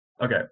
Okay